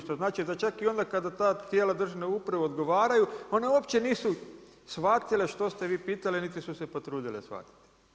Što znači da čak i onda kada ta tijela državne uprave odgovaraju one uopće nisu shvatile što ste vi pitale niti su se potrudile shvatiti.